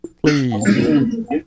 please